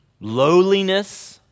lowliness